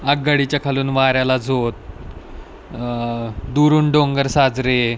आगगाडीच्या खालून वाऱ्याला झोत दुरून डोंगर साजरे